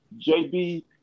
JB